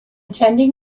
tending